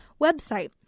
website